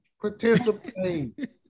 participate